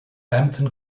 hampton